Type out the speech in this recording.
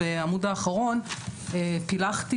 בעמוד האחרון פילחתי,